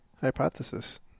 hypothesis